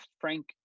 Frank